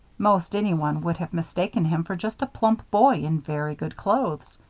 most anyone would have mistaken him for just a plump boy in very good clothes.